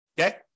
Okay